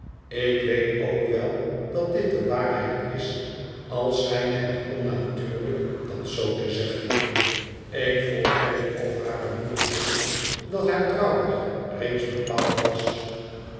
ik weet ook wel dat dit de waarheid is al schijnt het onnatuurlijk dat zoo te zeggen ik vroeg caddy of hare moeder wist dat haar trouwdag reeds bepaald was